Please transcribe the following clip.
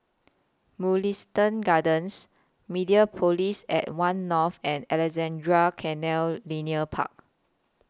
Mugliston Gardens Mediapolis At one North and Alexandra Canal Linear Park